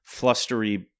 flustery